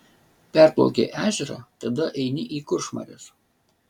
perplaukei ežerą tada eini į kuršmares